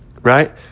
right